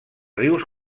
rius